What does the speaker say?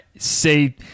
Say